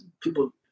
people